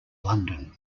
london